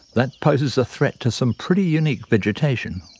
that poses a threat to some pretty unique vegetation.